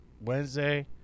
Wednesday